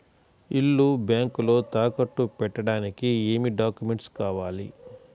ఇల్లు బ్యాంకులో తాకట్టు పెట్టడానికి ఏమి డాక్యూమెంట్స్ కావాలి?